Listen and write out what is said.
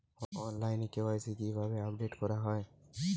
অনলাইনে কে.ওয়াই.সি কিভাবে আপডেট করা হয়?